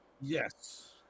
Yes